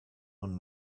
und